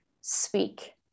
speak